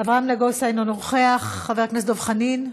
אברהם נגוסה, אינו נוכח, חבר הכנסת דב חנין,